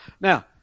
Now